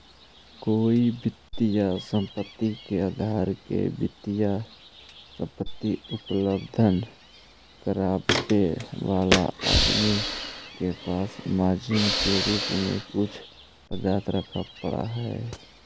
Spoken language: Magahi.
कोई वित्तीय संपत्ति के धारक के वित्तीय संपत्ति उपलब्ध करावे वाला आदमी के पास मार्जिन के रूप में कुछ पदार्थ रखे पड़ऽ हई